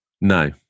No